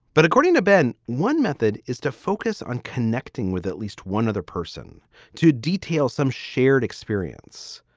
but according to ben, one method is to focus on connecting with at least one other person to detail some shared experience.